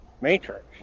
Matrix